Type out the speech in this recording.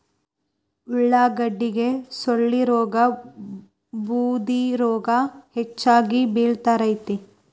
ಉಳಾಗಡ್ಡಿಗೆ ಸೊಳ್ಳಿರೋಗಾ ಬೂದಿರೋಗಾ ಹೆಚ್ಚಾಗಿ ಬಿಳತೈತಿ